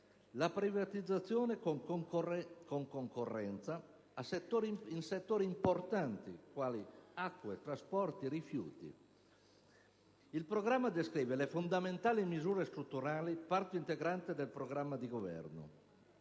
la privatizzazione con concorrenza in settori importanti, quali acque, trasporti e rifiuti. Il Programma descrive le fondamentali misure strutturali che, peraltro, sono parte integrante del programma di Governo